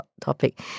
topic